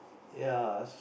ya